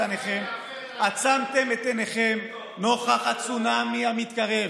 עצמתם את עיניכם, נוכח הצונמי המתקרב,